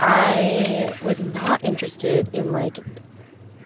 i was not interested in, like